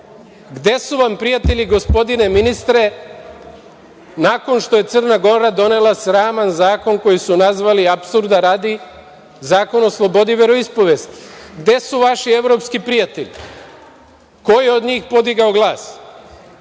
Gde su vam prijatelji, gospodine ministre, nakon što je Crna Gora donela sraman zakon koji su nazvali, apsurda radi, Zakon o slobodi veroispovesti? Gde su vaši evropski prijatelji? Koji je od njih podigao glas?